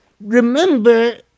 Remember